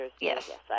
Yes